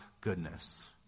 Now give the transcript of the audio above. goodness